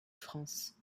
france